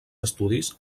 estudis